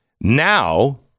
Now